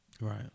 right